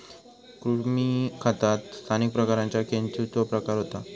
कृमी खतात स्थानिक प्रकारांच्या केंचुचो प्रयोग होता